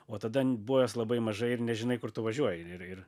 o tada buvęs labai mažai ir nežinai kur tu važiuoji ir ir ir